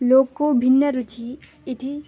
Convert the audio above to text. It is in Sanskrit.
लोको भिन्नरुचिः इति